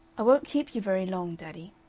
i won't keep you very long, daddy,